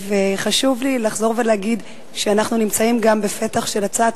חשוב לי לחזור ולהגיד שאנחנו נמצאים גם בפתח של הצעת